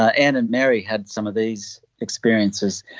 ah anne and mary had some of these experiences.